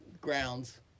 Grounds